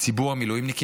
ציבור המילואימניקים,